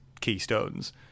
keystones